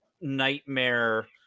nightmare